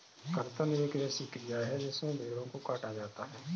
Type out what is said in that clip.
कर्तन एक ऐसी क्रिया है जिसमें भेड़ों को काटा जाता है